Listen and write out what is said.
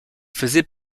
faisait